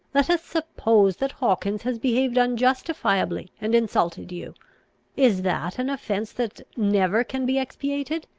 let us suppose that hawkins has behaved unjustifiably, and insulted you is that an offence that never can be expiated?